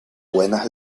buenas